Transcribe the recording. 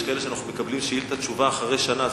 יש כאלה שאנחנו מקבלים מהם תשובה על שאילתא אחרי שנה.